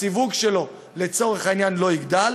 הסיווג שלו לצורך העניין לא יגדל.